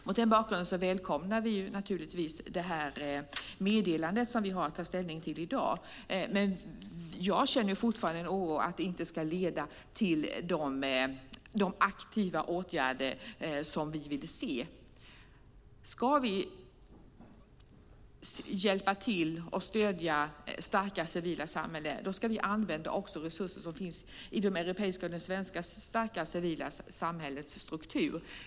Mot den bakgrunden välkomnar vi naturligtvis det meddelande vi har att ta ställning till i dag. Jag känner fortfarande oro för att det inte kommer att leda till de aktiva åtgärder som vi vill se. Om vi ska hjälpa till och stödja starka civila samhällen ska vi använda resurser som finns i de europeiska och svenska starka samhällenas struktur.